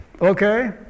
okay